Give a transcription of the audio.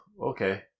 okay